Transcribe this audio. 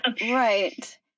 Right